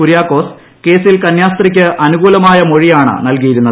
കുരിയാക്കോസ് കേസിൽ കന്യാസ്ത്രീക്ക് അനുകൂലമായ മൊഴിയാണ് നൽകിയിരുന്നത്